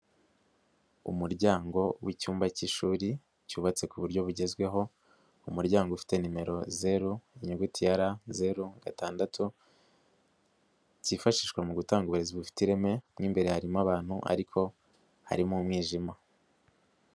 Umuryango w'icyumba cy'ishuri, cyubatse ku buryo bugezweho, umuryango ufite nimero zeru, inyuguti ya R, zeru, gatandatu, kifashishwa mu gutanga uburezi bufite ireme, mo imbere harimo abantu ariko harimo umwijima.